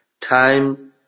time